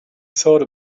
thought